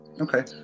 okay